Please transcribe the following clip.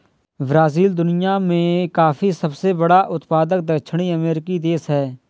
Brazil दुनिया में coffee का सबसे बड़ा उत्पादक दक्षिणी अमेरिकी देश है